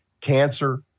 Cancer